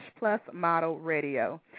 plusmodelradio